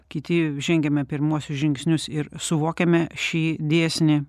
kiti žengiame pirmuosius žingsnius ir suvokiame šį dėsnį